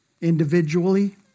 individually